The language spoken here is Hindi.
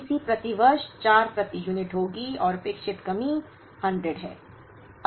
C c प्रति वर्ष 4 प्रति यूनिट होगी और अपेक्षित कमी 100 है